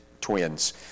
twins